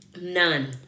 none